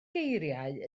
geiriau